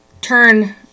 turn